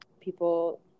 people